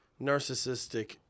narcissistic